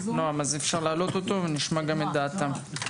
אז אפשר להעלות אותה ונשמע גם את דעתם.